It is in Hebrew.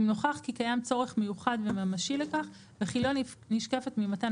אם נוכח כי קיים צורך מיוחד וממשי לכך וכי לא נשקפת ממתן